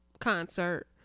concert